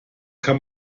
kann